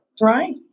Right